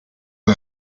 the